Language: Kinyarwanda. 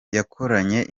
yakoranye